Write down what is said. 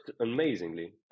amazingly